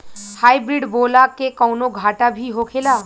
Hybrid बोला के कौनो घाटा भी होखेला?